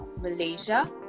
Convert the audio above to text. Malaysia